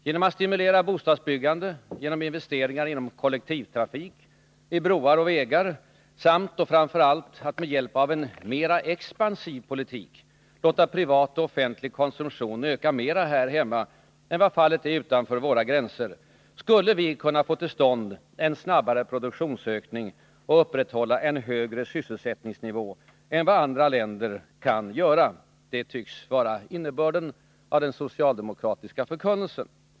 Genom att stimulera bostadsbyggande, genom investeringar i kollektivtrafik, i broar och vägar samt — och framför allt — genom att med hjälp av en mer expansiv politik låta privat och offentlig konsumtion öka mer här hemma än vad fallet är utanför våra gränser, skulle vi få till stånd en snabbare produktionsökning och upprätthålla en högre sysselsättningsnivå än vad andra länder kan göra. Det tycks vara innebörden i den socialdemokratiska förkunnelsen.